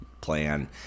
plan